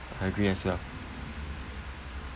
I agree as well